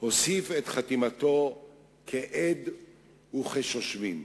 הוסיף את חתימתו כעד וכשושבין.